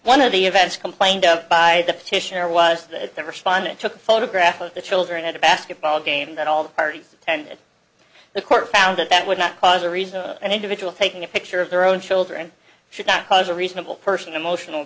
one of the events complained of by the petitioner was that the respondent took a photograph of the children at a basketball game that all the parties attended the court found that that would not cause a reason an individual taking a picture of their own children should not cause a reasonable person emotional